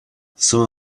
some